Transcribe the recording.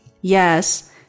Yes